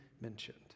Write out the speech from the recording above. mentioned